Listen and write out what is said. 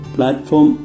Platform